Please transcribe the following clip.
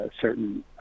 certain